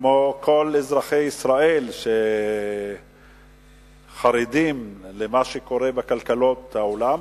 כמו כל אזרחי ישראל שחרדים ממה שקורה לכלכלת העולם,